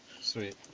Sweet